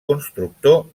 constructor